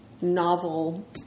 novel